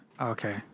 Okay